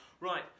Right